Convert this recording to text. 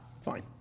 Fine